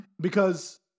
Because-